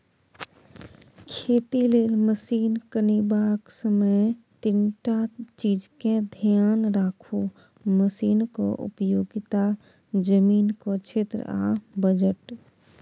खेती लेल मशीन कीनबाक समय तीनटा चीजकेँ धेआन राखु मशीनक उपयोगिता, जमीनक क्षेत्र आ बजट